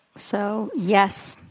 so, yes.